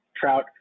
Trout